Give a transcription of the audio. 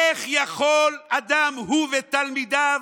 איך יכול אדם, הוא ותלמידיו,